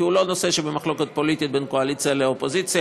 כי הוא לא נושא שבמחלוקת פוליטית בין הקואליציה לאופוזיציה,